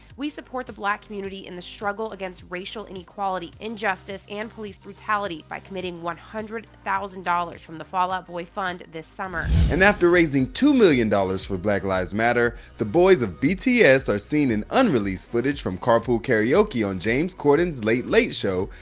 we support the black community in the struggle against racial inequality, injustice, and police brutality by committing one hundred thousand dollars from the fall out boy fund this summer. and after raising two million dollars for black lives matter, the boys of bts are seen in unreleased footage from carpool karaoke on james corden's late late show,